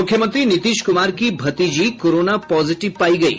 मुख्यमंत्री नीतीश कुमार की भतीजी कोरोना पॉजिटिव पायी गयी